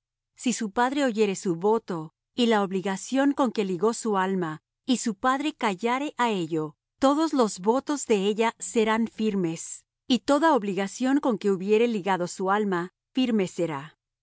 si su padre oyere su voto y la obligación con que ligó su alma y su padre callare á ello todos los votos de ella serán firmes y toda obligación con que hubiere ligado su alma firme será